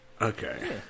Okay